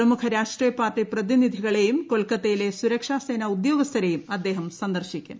പ്രമുഖ രാഷ്ട്രീയ പാർട്ടി പ്രതിനിധികളെയും കൊൽക്കത്തയിലെ സുരക്ഷസേന ഉദ്യോഗസ്ഥരെയും അദ്ദേഹം സന്ദർശിക്കും